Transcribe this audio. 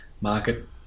market